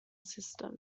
system